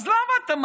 אז אתה מקריא